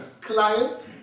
client